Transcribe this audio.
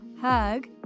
hug